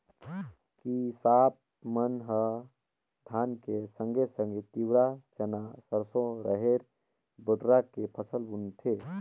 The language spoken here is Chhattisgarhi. किसाप मन ह धान के संघे संघे तिंवरा, चना, सरसो, रहेर, बटुरा के फसल बुनथें